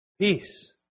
Peace